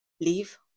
leave